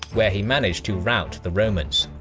where he managed to rout the romans.